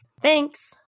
Thanks